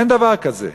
אין דבר כזה.